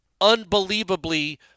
unbelievably